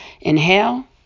Inhale